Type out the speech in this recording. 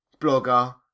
blogger